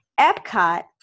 Epcot